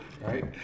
Right